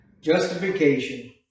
Justification